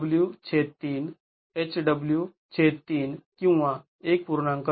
एकूण lw3 hw3 किंवा १